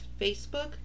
Facebook